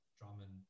Drummond